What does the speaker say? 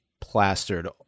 plastered